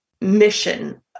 mission